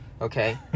Okay